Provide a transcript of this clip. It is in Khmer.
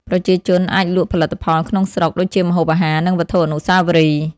ប្រជាជនអាចលក់ផលិតផលក្នុងស្រុក ដូចជាម្ហូបអាហារ និងវត្ថុអនុស្សាវរីយ៍។